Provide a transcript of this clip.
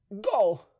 go